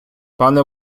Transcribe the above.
пане